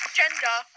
gender